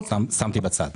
אותם שמתי בצד.